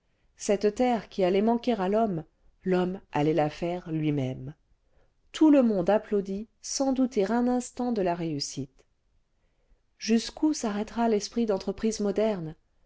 cette terre qui allait manquer à l'homme l'homme allait la faire lui-même tout le monde applaudit sans douter un instant de la réussite jusqu'où s'arrêtera l'esprit d'entreprise moderne